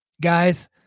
guys